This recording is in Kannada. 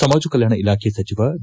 ಸಮಾಜ ಕಲ್ಯಾಣ ಇಲಾಖೆ ಸಚಿವ ಬಿ